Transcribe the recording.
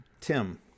Tim